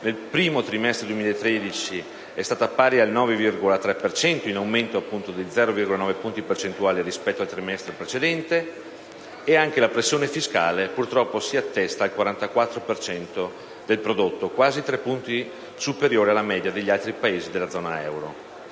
nel primo trimestre 2013 è stata pari al 9,3 per cento (in aumento di 0,9 punti percentuali rispetto al trimestre precedente) e la pressione fiscale si è attestata al 44 per cento del PIL, quasi tre punti superiore alla media degli altri Paesi della zona euro.